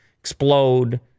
explode